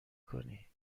کنی